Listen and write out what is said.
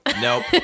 Nope